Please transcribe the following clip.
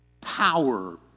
power